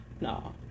No